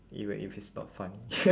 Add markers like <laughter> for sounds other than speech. even if it's not funny <noise>